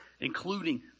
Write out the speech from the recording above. including